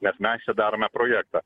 nes mes čia darome projektą